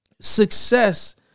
Success